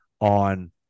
on